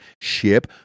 ship